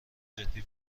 جدی